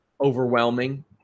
overwhelming